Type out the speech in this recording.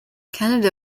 canada